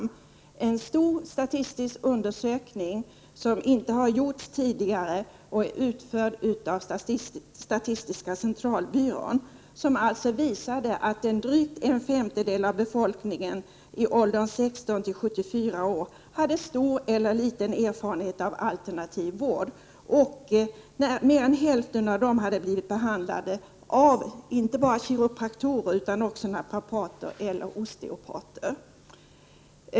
Det är en stor statistisk undersökning som inte gjorts tidigare och är utförd av statistiska centralbyrån. Undersökningen visade att drygt en femtedel av befolkningen i åldern 16 till 74 år hade stor eller liten erfarenhet av alternativ vård. Mer än hälften av dem hade blivit behandlade av inte bara kiropraktorer utan även naprapater eller osteopater.